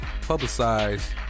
publicized